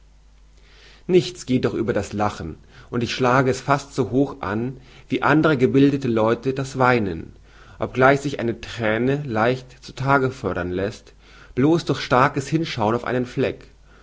nichts geht doch über das lachen und ich schlage es fast so hoch an wie andere gebildete leute das weinen obgleich sich eine thräne leicht zu tage fördern läßt blos durch starkes hinschauen auf einen fleck